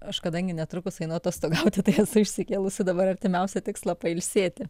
aš kadangi netrukus einu atostogauti tai esu išsikėlusi dabar artimiausią tikslą pailsėti